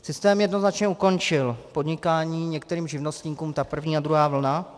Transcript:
Systém jednoznačně ukončil podnikání některým živnostníkům, ta první a druhá vlna.